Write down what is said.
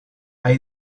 hay